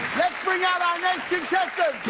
bring out our next contestant.